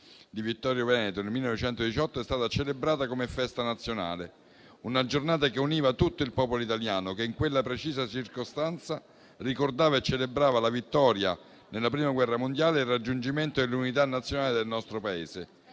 di Vittorio Veneto nel 1918, è stata celebrata come festa nazionale; una giornata che univa tutto il popolo italiano, che in quella precisa circostanza ricordava e celebrava la vittoria nella Prima guerra mondiale e il raggiungimento dell'Unità nazionale del nostro Paese.